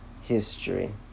history